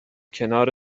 کنار